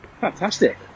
Fantastic